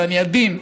ואני עדין,